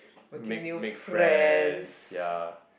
make make friends ya